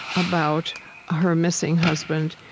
about her missing husband.